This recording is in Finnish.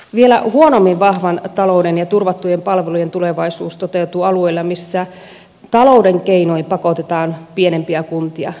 vielä huonommin vahvan talouden ja turvattujen palvelujen tulevaisuus toteutuu alueilla missä talouden keinoin pakotetaan pienempiä kuntia yhteen